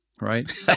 right